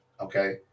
okay